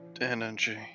energy